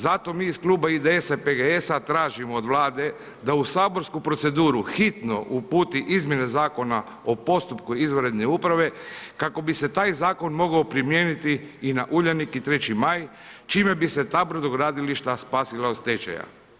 Zato mi iz Kluba ISD-a, PGS-a tražimo od Vlade da u saborsku proceduru hitno uputi Izmjene zakona o postupku izvanredne uprave kako bi se taj zakon mogao primijeniti i na Uljanik i 3. Maj, čime bi se ta brodogradilišta spasila od stečaja.